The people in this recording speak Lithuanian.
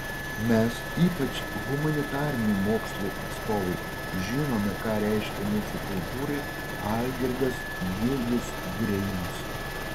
mes ypač humanitarinių mokslų atstovai žinome ką reiškia mūsų kultūrai algirdas julius greimas